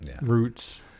roots